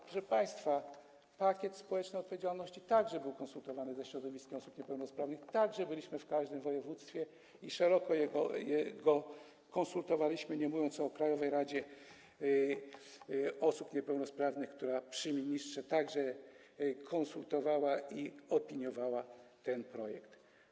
Proszę państwa, pakiet społecznej odpowiedzialności także był konsultowany ze środowiskiem osób niepełnosprawnych, byliśmy w każdym województwie i szeroko go konsultowaliśmy, nie mówiąc o krajowej radzie do spraw osób niepełnosprawnych działającej przy ministrze, która także konsultowała i opiniowała ten projekt.